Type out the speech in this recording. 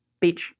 Beach